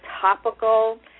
topical